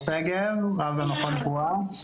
ליאור שגב, רב במכון פוע"ה.